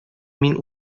мин